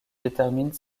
détermine